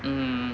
mm